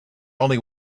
only